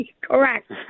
Correct